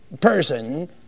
person